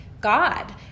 God